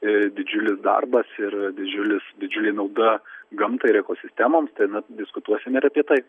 i didžiulis darbas ir didžiulis didžiulė nauda gamtai ir ekosistemoms ir na diskutuosime apie tai